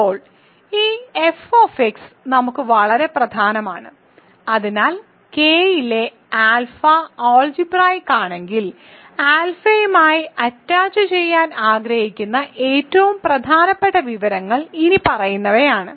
ഇപ്പോൾ ഈ f നമ്മൾക്ക് വളരെ പ്രധാനമാണ് അതിനാൽ കെയിലെ ആൽഫ ആൾജിബ്രായിക്ക് ആണെങ്കിൽ ആൽഫയുമായി അറ്റാച്ചുചെയ്യാൻ ആഗ്രഹിക്കുന്ന ഏറ്റവും പ്രധാനപ്പെട്ട വിവരങ്ങൾ ഇനിപ്പറയുന്നവയാണ്